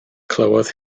clywodd